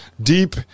deep